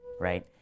right